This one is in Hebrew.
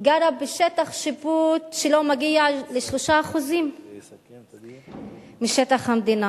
גרה בשטח שיפוט שלא מגיע ל-3% משטח המדינה.